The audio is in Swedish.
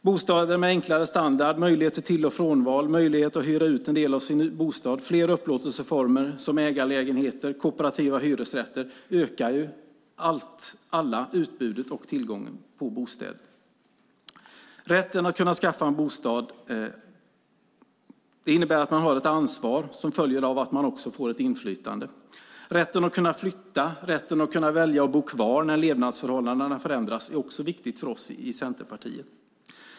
Bostäder med enklare standard, möjlighet för till och frånval, möjlighet att hyra ut del av sin bostad, fler upplåtelseformer som ägarlägenheter och kooperativa hyresrätter ökar alla utbudet och tillgången på bostäder. Rätten att skaffa en bostad innebär att man har ett ansvar som följer av att man också får ett inflytande. Rätten att flytta och att välja att bo kvar när levnadsförhållandena förändras är viktig för oss i Centerpartiet.